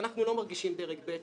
אנחנו לא מרגישים דרג ב',